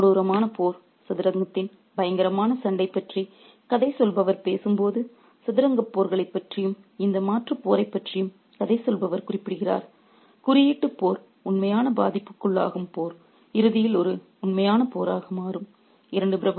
சதுரங்கத்தின் கொடூரமான போர் சதுரங்கத்தின் பயங்கரமான சண்டை பற்றி கதை சொல்பவர் பேசும்போது சதுரங்கப் போர்களைப் பற்றியும் இந்த மாற்றுப் போரைப் பற்றியும் கதை சொல்பவர் குறிப்பிடுகிறார் குறியீட்டுப் போர் உண்மையான பாதிப்புக்குள்ளாகும் போது இறுதியில் ஒரு உண்மையான போராக மாறும்